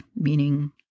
meaning